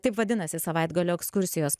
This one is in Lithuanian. taip vadinasi savaitgalio ekskursijos